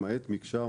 למעט מקשר,